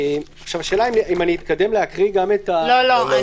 השאלה אם אני אתקדם להקריא גם את --- לא, לא.